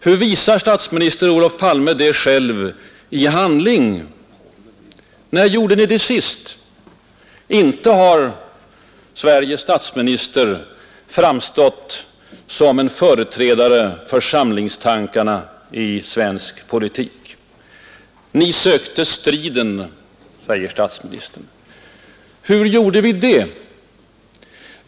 Hur visar statsminister Olof Palme detta själv i handling? När gjorde Ni det sist? Nej, inte har Sveriges statsminister framstått som en företrädare för samlingstankarna i svensk politik. Ni sökte striden, säger statsministern. Hur gjorde vi det?